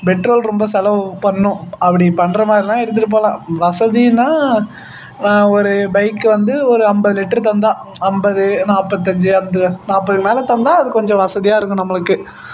petrol ரொம்ப செலவு பண்ணும் அப்படி பண்ணுற மாதிரினா எடுத்துட்டுப் போகலாம் வசதின்னால் ஒரு பைக்கு வந்து ஒரு ஐம்பது லிட்ரு தந்தால் ஐம்பது நாற்பத்தஞ்சி அந்த நாற்பதுக்கு மேலே தந்தால் அது கொஞ்சம் வசதியாருக்கும் நம்மளுக்கு